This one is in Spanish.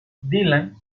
dylan